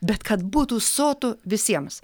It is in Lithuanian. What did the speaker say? bet kad būtų sotu visiems